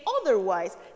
Otherwise